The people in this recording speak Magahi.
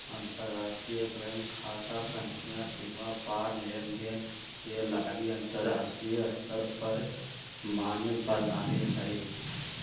अंतरराष्ट्रीय बैंक खता संख्या सीमा पार लेनदेन के लागी अंतरराष्ट्रीय स्तर पर मान्य प्रणाली हइ